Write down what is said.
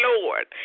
Lord